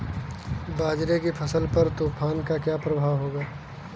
बाजरे की फसल पर तूफान का क्या प्रभाव होगा?